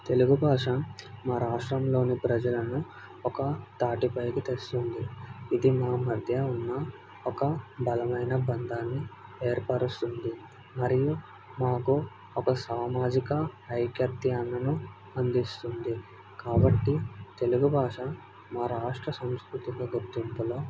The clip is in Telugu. తెలుగు భాష మా రాష్ట్రంలోని ప్రజలను ఒక తాటిపైకి తెస్తుంది ఇది మా మధ్య ఉన్న ఒక బలమైన బంధాన్ని ఏర్పరుస్తుంది మరియు మాకు ఒక సామాజిక ఐక్యతను అందిస్తుంది కాబట్టి తెలుగు భాష మా రాష్ట్ర సంస్కృతిక గుర్తింపులో